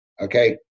Okay